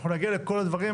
אנחנו נגיע לכל הדברים.